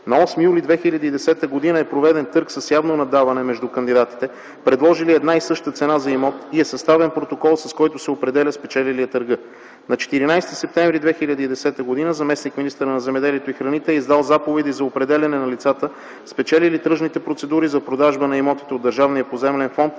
На 8 юли 2010 г. е проведен търг с явно наддаване между кандидатите, предложили една и съща цена и е съставен протокол, с който се определя спечелилият търга. На 14 септември 2010 г. заместник-министърът на земеделието и храните е издал заповеди за определяне на лицата, спечелили тръжните процедури за продажба на имоти от Държавния поземлен фонд